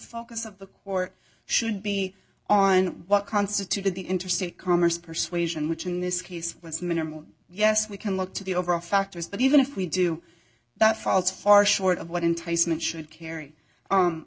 focus of the court should be on what constituted the interstate commerce persuasion which in this case was minimal yes we can look to the overall factors but even if we do that falls far short of what enticement should carry